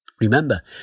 Remember